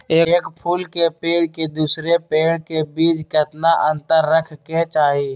एक फुल के पेड़ के दूसरे पेड़ के बीज केतना अंतर रखके चाहि?